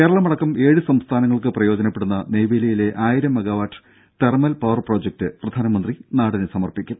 കേരളമടക്കം ഏഴ് സംസ്ഥാനങ്ങൾക്ക് പ്രയോജനപ്പെടുന്ന നെയ്വേലിയിലെ ആയിരം മെഗാവാട്ട് തെർമൽ പവർ പ്രൊജക്ട് പ്രധാനമന്ത്രി നാടിന് സമർപ്പിക്കും